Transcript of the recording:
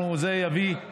ברור שזה יעזור,